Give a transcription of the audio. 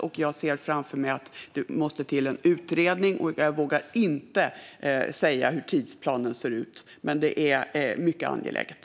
Jag ser framför mig att det måste till en utredning, och jag vågar inte säga hur tidsplanen ser ut. Detta är dock mycket angeläget.